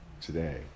today